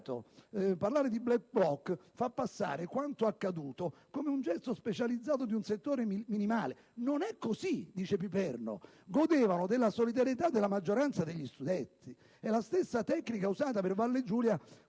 «Parlare di *black bloc* fa passare quanto accaduto come un gesto specializzato di un settore minimale. Non è così: godevano della solidarietà della maggioranza degli studenti. È la stessa tecnica usata per Valle Giulia